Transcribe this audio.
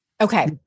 Okay